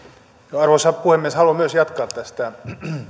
arvoisa puhemies haluan myös jatkaa tästä